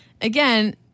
Again